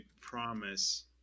promise